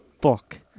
book